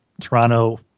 Toronto –